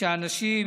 ואנשים,